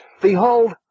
behold